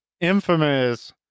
infamous